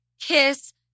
kiss